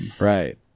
right